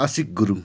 Ashik Gurung